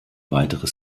weitere